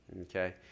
okay